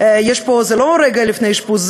זה לא רגע לפני אשפוז,